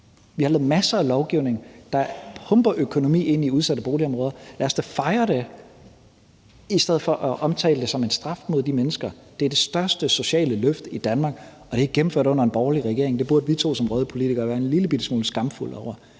Vi har lavet masser af lovgivning, der pumper økonomi ind i udsatte boligområder. Lad os da fejre det i stedet for at omtale det som en straf mod de mennesker. Det er det største sociale løft i Danmark, og det er gennemført under en borgerlig regering. Det burde vi to som røde politikere være en lille bitte smule skamfulde over.